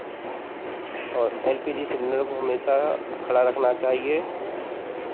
और L P G cylinder को हमेशा खड़ा रखना चाहिए